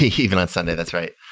even on sunday. that's right.